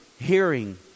hearing